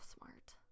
smart